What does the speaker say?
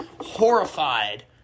horrified